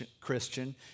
Christian